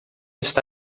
está